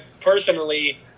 personally